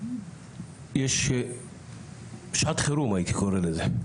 יש שעת חירום הייתי קורא לזה,